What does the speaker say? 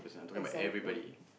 example